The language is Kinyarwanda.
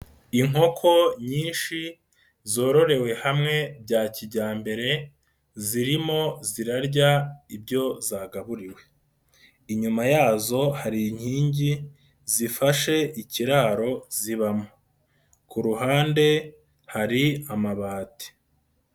Inkoko nyinshi zororewe hamwe bya kijyambere zirimo zirarya ibyo zagaburiwe, inyuma yazo hari inkingi zifashe ikiraro zibamo ku ruhande hari amabati.